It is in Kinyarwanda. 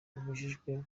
bibujijwe